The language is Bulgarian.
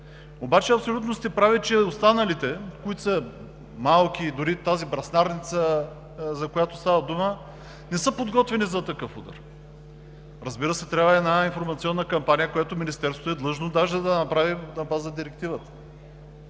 Обаче абсолютно сте прави, че останалите, които са малки – дори и тази бръснарница, за която става дума, не са подготвени за такъв удар. Разбира се, трябва една информационна кампания, която Министерството е длъжно даже да направи на база на Директивата.